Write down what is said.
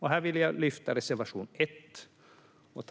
Jag vill lyfta reservation 1.